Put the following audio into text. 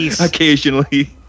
occasionally